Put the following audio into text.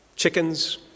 Chickens